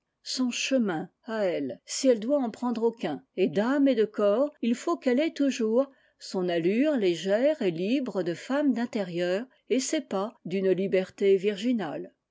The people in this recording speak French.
son chemin à elle si elle doit en prendre aucun et d'âme et de corps il faut qu'elle ait toujours son allure légère et libre de femme d'intérieur et ses pas d'une liberté virginale